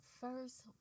first